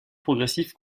progressiste